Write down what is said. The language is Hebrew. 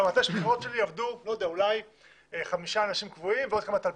במטה הבחירות שלי עבדו חמישה אנשים קבועים ועוד כמה טלפנים,